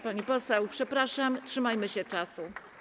Pani poseł, przepraszam, trzymajmy się czasu.